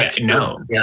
no